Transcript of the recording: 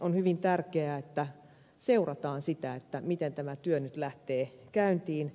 on hyvin tärkeää että seurataan sitä miten tämä työ nyt lähtee käyntiin